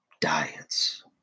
diets